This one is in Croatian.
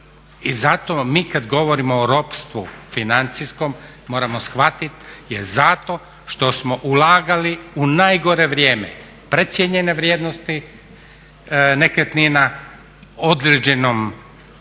I zato mi kad govorimo o ropstvu financijskom moramo shvatiti je zato što smo ulagali u najgore vrijeme precijenjene vrijednosti nekretnina određenom recimo